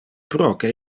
proque